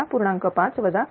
5 वजा 300